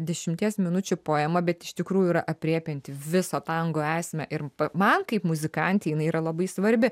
dešimties minučių poema bet iš tikrųjų yra aprėpianti visą tango esmę ir man kaip muzikantei jinai yra labai svarbi